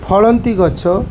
ଫଳନ୍ତି ଗଛ